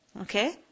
Okay